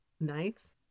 nights